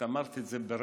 את אמרת את זה ברמז: